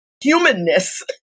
humanness